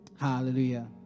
Hallelujah